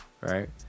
right